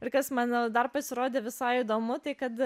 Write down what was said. ir kas man dar pasirodė visai įdomu tai kad